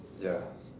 ya